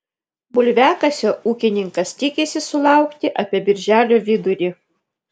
bulviakasio ūkininkas tikisi sulaukti apie birželio vidurį